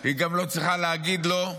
היא גם לא צריכה להגיד לו.